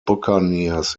buccaneers